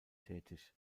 tätig